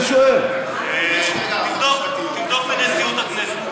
אנחנו רוצים שנייה ושלישית.